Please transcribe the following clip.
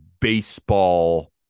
baseball